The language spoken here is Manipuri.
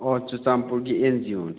ꯑꯣ ꯆꯨꯔꯆꯥꯟꯄꯨꯔꯒꯤ ꯑꯦꯟ ꯖꯤ ꯑꯣꯅꯤ